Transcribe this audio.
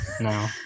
No